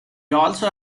also